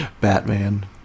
Batman